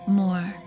more